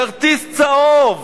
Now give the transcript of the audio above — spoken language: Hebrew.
כרטיס צהוב?